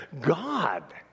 God